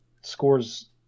scores